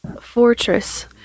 fortress